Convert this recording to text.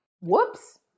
Whoops